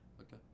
Okay